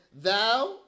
thou